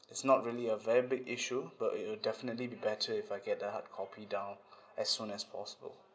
it's not really a very big issue but it will definitely be better if I get the hard copy down as soon as possible